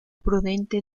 prudente